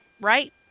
right